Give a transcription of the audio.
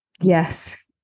Yes